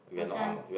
how come